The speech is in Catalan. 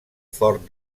fort